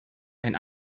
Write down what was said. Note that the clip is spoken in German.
ein